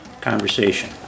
conversation